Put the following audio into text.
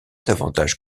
davantage